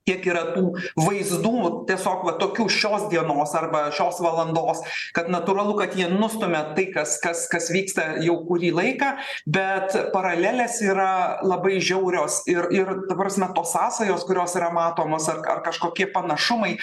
tiek yra tų vaizdų tiesiog va tokių šios dienos arba šios valandos kad natūralu kad jie nustumia tai kas kas kas vyksta jau kurį laiką bet paralelės yra labai žiaurios ir ir ta prasme tos sąsajos kurios yra matomos ar k ar kažkokie panašumai